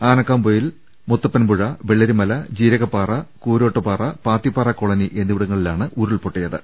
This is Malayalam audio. ആനക്കാംപൊയിൽ മുത്തപ്പൻപുഴ വെള്ളരിമല ജീരക പ്പാറ കുരോട്ട്പാറ പാത്തിപ്പാറ കോളനി എന്നിവിടങ്ങളിലാണ് ഉരുൾ പൊട്ടി യത്